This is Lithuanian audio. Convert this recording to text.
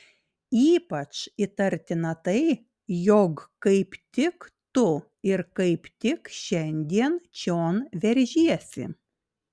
ypač įtartina tai jog kaip tik tu ir kaip tik šiandien čion veržiesi